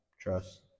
Trust